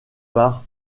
par